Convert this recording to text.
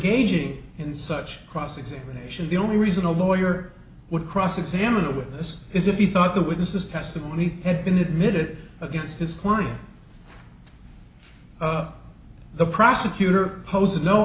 gauging in such cross examination the only reason a lawyer would cross examine the witness is if he thought the witnesses testimony had been admitted against his one of the prosecutor poses no